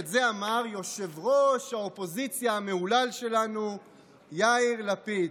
את זה אמר ראש האופוזיציה המהולל שלנו יאיר לפיד.